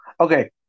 okay